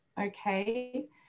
Okay